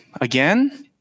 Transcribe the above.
again